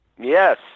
yes